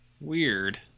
Weird